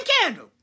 candle